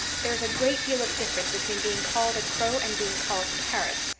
there's a great deal of difference between being called a crow and being called carrots,